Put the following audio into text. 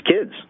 kids